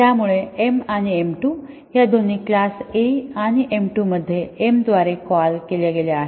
त्यामुळे m आणि m2 या दोन्ही क्लास A आणि m2 मध्ये m द्वारे कॉल केलेल्या आहेत